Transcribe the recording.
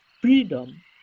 freedom